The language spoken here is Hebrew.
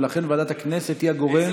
ולכן ועדת הכנסת היא הגורם,